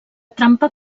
trampa